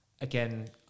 Again